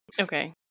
Okay